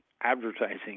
advertising